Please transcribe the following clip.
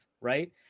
right